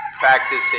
practicing